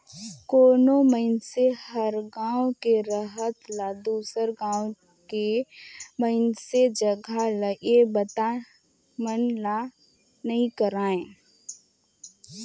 कोनो मइनसे हर गांव के रहत ल दुसर गांव के मइनसे जघा ले ये बता मन ला नइ करवाय